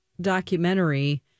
documentary